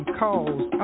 calls